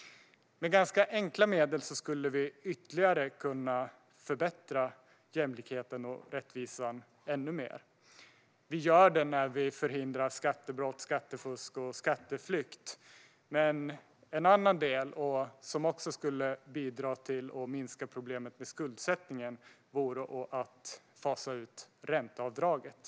Med ganska enkla medel skulle vi ytterligare kunna förbättra jämlikheten och rättvisan ännu mer. Vi gör det när vi förhindrar skattebrott, skattefusk och skatteflykt. Något som också skulle bidra till att minska problemet med skuldsättningen vore att fasa ut ränteavdraget.